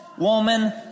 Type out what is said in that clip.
woman